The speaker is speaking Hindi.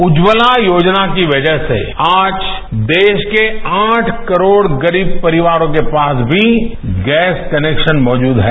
उज्ज्वला योजना की वजह से आज देश के आठ करोड गरीब परिवारों के पास भी गैस कनेक्शन मौजूद है